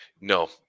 no